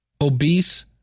obese